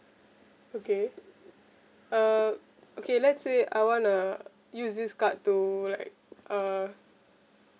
okay uh okay let's say I wanna use this card to like uh